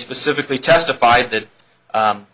specifically testified that